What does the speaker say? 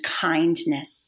kindness